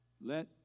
Let